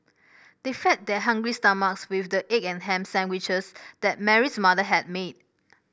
they fed their hungry stomachs with the egg and ham sandwiches that Mary's mother had made